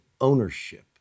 ownership